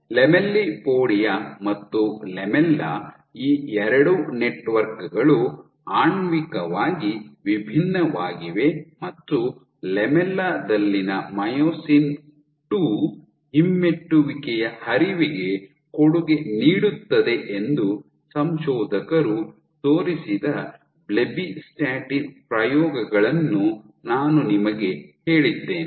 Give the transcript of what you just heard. lamellipodia ಮತ್ತು lamella ಈ ಎರಡು ನೆಟ್ವರ್ಕ್ ಗಳು ಆಣ್ವಿಕವಾಗಿ ವಿಭಿನ್ನವಾಗಿವೆ ಮತ್ತು ಲ್ಯಾಮೆಲ್ಲಾ ದಲ್ಲಿನ ಮೈಯೋಸಿನ್ II ಹಿಮ್ಮೆಟ್ಟುವಿಕೆಯ ಹರಿವಿಗೆ ಕೊಡುಗೆ ನೀಡುತ್ತದೆ ಎಂದು ಸಂಶೋಧಕರು ತೋರಿಸಿದ ಬ್ಲೆಬಿಸ್ಟಾಟಿನ್ ಪ್ರಯೋಗಗಳನ್ನು ನಾನು ನಿಮಗೆ ಹೇಳಿದ್ದೇನೆ